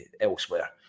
elsewhere